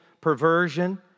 perversion